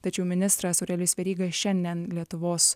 tačiau ministras aurelijus veryga šiandien lietuvos